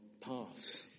pass